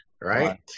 Right